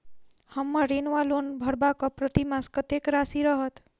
हम्मर ऋण वा लोन भरबाक प्रतिमास कत्तेक राशि रहत?